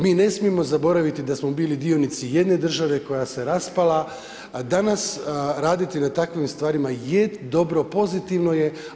Mi ne smijemo zaboraviti da smo bili dionici jedne države koja se raspala, a danas raditi na takvim stvarima je dobro, pozitivno je.